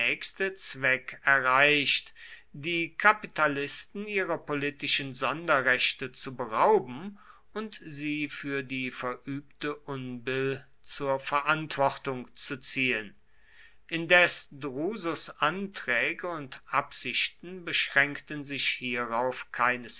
zweck erreicht die kapitalisten ihrer politischen sonderrechte zu berauben und sie für die verübte unbill zur verantwortung zu ziehen indes drusus anträge und absichten beschränkten sich hierauf keineswegs